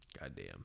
goddamn